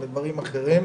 בדברים אחרים.